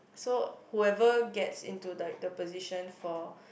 so whoever gets into the the position for